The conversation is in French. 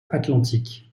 atlantique